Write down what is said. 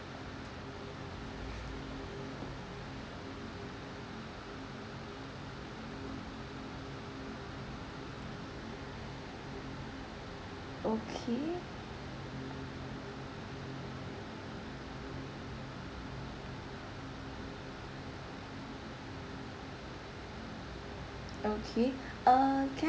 okay okay uh can I